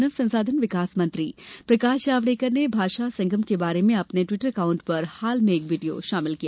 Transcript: मानव संसाधन विकास मंत्री प्रकाश जावड़ेकर ने भाषा संगम के बारे में अपने ट्विटर एकाउंट पर हाल में एक वीडियो शामिल किया